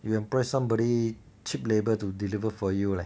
you employ somebody cheap labour to deliver for you leh